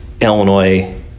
Illinois